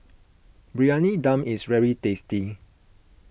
Briyani Dum is very tasty